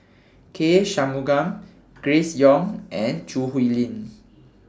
K Shanmugam Grace Young and Choo Hwee Lim